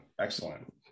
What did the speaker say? Excellent